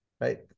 right